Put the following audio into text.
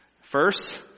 First